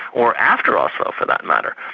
or after oslo for that matter,